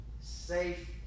safe